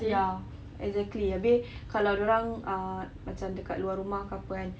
ya exactly habis kalau dia orang uh macam dekat luar rumah ke apa kan